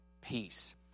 peace